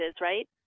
right